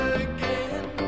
again